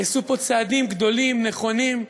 נעשו פה צעדים גדולים, נכונים,